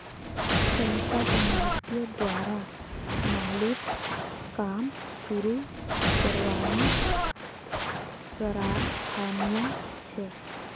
सांसद महोदय द्वारा नालीर काम शुरू करवाना सराहनीय छ